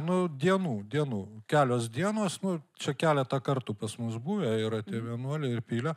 nu dienų dienų kelios dienos nu čia keletą kartų pas mus buvę yra tie vienuoliai ir pylę